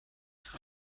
could